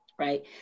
Right